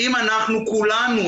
אם אנחנו כולנו,